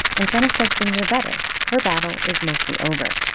and sana says things are better. her battle is mostly over,